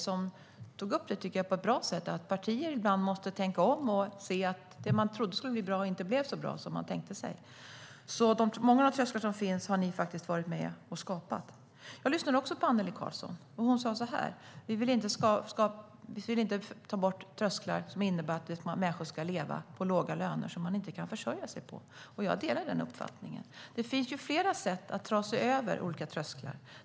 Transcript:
Han tog på ett bra sätt upp att partier ibland måste tänka om och se att det man trodde skulle bli bra inte blev så bra som man tänkte sig. Många av de trösklar som finns har ni faktiskt varit med och skapat. Jag lyssnade också på Annelie Karlsson. Hon sa så här: Vi vill inte ta bort trösklar på ett sätt som innebär att människor ska leva på låga löner som man inte kan försörja sig på. Jag delar den uppfattningen. Det finns flera sätt att ta sig över olika trösklar.